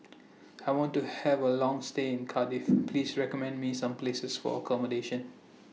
I want to Have A Long stay in Cardiff Please recommend Me Some Places For accommodation